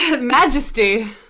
majesty